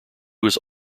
was